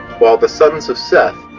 while the sons of seth,